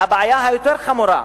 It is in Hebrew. והבעיה היותר-חמורה,